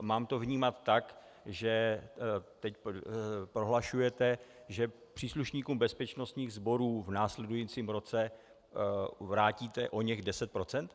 Mám to vnímat tak, že teď prohlašujete, že příslušníkům bezpečnostních sborů v následujícím roce vrátíte oněch 10 %?